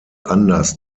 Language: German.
anders